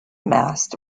mast